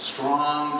Strong